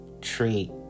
treat